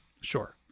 Sure